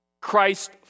Christ